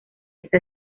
esa